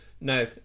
No